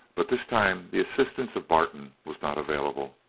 but this time the assistance of barton was not available.